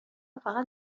فقط